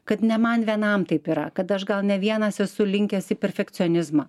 kad ne man vienam taip yra kad aš gal ne vienas esu linkęs į perfekcionizmą